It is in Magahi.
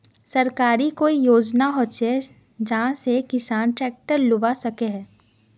सरकारी कोई योजना होचे जहा से किसान ट्रैक्टर लुबा सकोहो होबे?